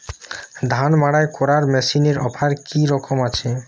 ধান মাড়াই করার মেশিনের অফার কী রকম আছে?